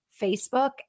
Facebook